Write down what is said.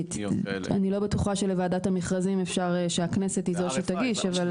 אני לא בטוחה שלוועדת המכרזים אפשר שהכנסת היא זו שתגיש,